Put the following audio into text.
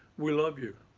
we love you.